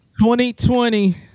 2020